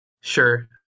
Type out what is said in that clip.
Sure